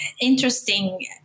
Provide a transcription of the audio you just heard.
interesting